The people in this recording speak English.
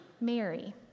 Mary